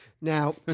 Now